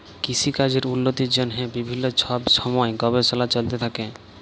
কিসিকাজের উল্লতির জ্যনহে বিভিল্ল্য ছব ছময় গবেষলা চলতে থ্যাকে